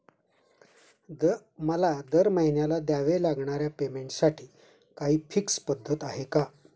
मला दरमहिन्याला द्यावे लागणाऱ्या पेमेंटसाठी काही फिक्स पद्धत आहे का?